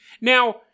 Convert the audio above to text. Now